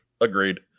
agreed